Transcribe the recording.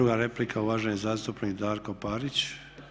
Druga replika, uvaženi zastupnik Darko Parić.